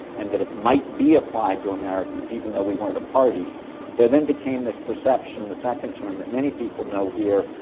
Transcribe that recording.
and that it might be applied to americans even though we weren't a party there then became this perception in the second term, that many people know here,